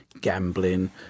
gambling